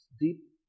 Deep